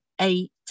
eight